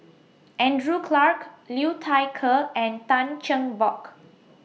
Andrew Clarke Liu Thai Ker and Tan Cheng Bock